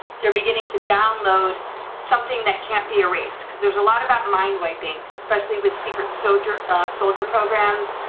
they're beginning to download something that can't be a risk, because there's a lot about mind mapping, especially with secret soldier soldier programs,